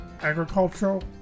agricultural